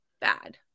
bad